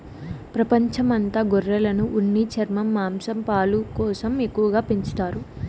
ప్రపంచం అంత గొర్రెలను ఉన్ని, చర్మం, మాంసం, పాలు కోసం ఎక్కువగా పెంచుతారు